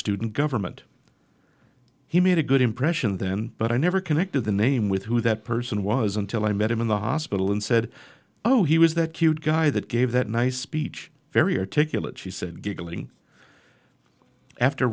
student government he made a good impression then but i never connected the name with who that person was until i met him in the hospital and said oh he was that cute guy that gave that nice speech very articulate she said giggling after